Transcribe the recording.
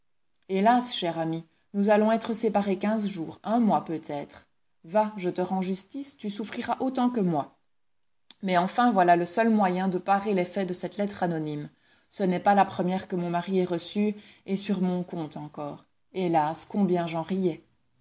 hélas cher ami nous allons être séparés quinze jours un mois peut-être va je te rends justice tu souffriras autant que moi mais enfin voilà le seul moyen de parer l'effet de cette lettre anonyme ce n'est pas la première que mon mari ait reçue et sur mon compte encore hélas combien j'en riais